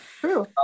True